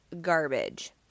garbage